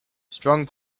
strong